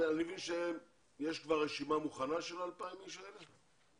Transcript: מבין שיש כבר רשימה מוכנה של ה-2,000 האנשים האלה.